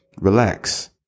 relax